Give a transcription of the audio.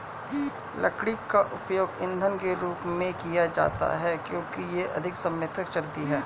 लकड़ी का उपयोग ईंधन के रूप में किया जाता है क्योंकि यह अधिक समय तक जलती है